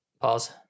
Pause